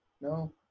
No